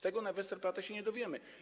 Tego na Westerplatte się nie dowiemy.